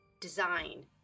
design